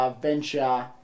venture